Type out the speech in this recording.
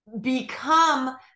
become